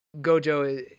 gojo